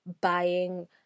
buying